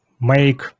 make